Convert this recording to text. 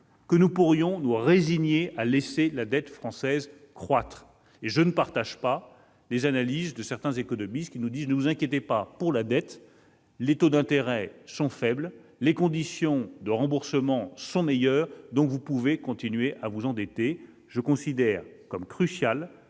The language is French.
que nous pourrions nous résigner à laisser la dette française croître et je ne partage pas les analyses de certains économistes qui nous disent :« Ne vous inquiétez pas pour la dette, les taux d'intérêt sont faibles, les conditions de remboursement sont meilleures, vous pouvez donc continuer à vous endetter. » Je considère qu'il est crucial